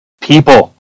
people